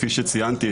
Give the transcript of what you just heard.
כפי שציינתי,